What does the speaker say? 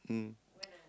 mm